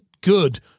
good